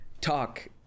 talk